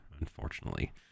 unfortunately